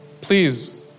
Please